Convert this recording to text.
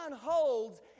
holds